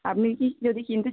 আপনি কি যদি কিনতে চান